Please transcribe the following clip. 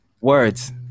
Words